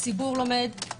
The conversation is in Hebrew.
הציבור לומד,